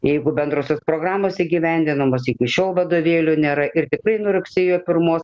jeigu bendrosios programos įgyvendinamos iki šiol vadovėlių nėra ir tikrai nuo rugsėjo pirmos